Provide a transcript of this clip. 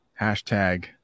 hashtag